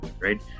right